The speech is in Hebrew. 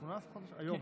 היום?